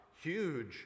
huge